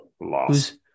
Loss